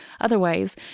Otherwise